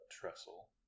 trestle